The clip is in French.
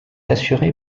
assuré